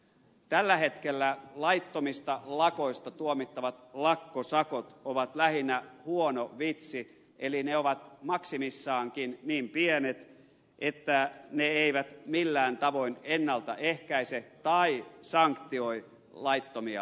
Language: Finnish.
tällä hetkellä laittomista lakoista tuomittavat lakkosakot ovat lähinnä huono vitsi eli ne ovat maksimissaankin niin pienet että ne eivät millään tavoin ennaltaehkäise tai sanktioi laittomia lakkoja